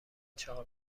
چهار